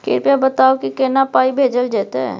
कृपया बताऊ की केना पाई भेजल जेतै?